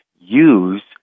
use